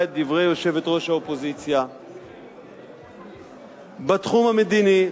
את דברי יושבת-ראש האופוזיציה בתחום המדיני,